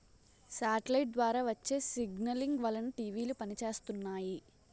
satellite ద్వారా వచ్చే signalling వలన టీవీలు పనిచేస్తున్నాయి